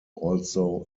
also